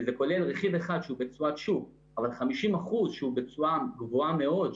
כי זה כולל רכיב אחד שהוא בתשואת שוק אבל 50% שהוא בתשואה גבוהה מאוד,